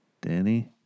Danny